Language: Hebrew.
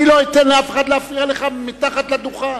אני לא אתן לאף אחד להפריע לך מתחת לדוכן.